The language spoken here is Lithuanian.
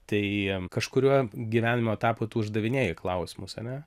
tai kažkuriuo gyvenimo etapu tu uždavinėji klausimus ane